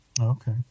Okay